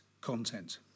content